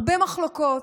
הרבה מחלוקות,